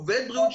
עובד בריאות,